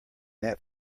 that